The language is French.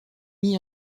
mit